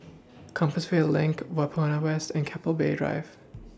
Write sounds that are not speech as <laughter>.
<noise> Compassvale LINK Whampoa West and Keppel Bay Drive <noise>